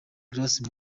grace